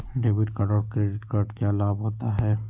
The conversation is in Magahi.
डेबिट कार्ड और क्रेडिट कार्ड क्या लाभ होता है?